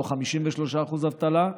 לא 53% אבטלה.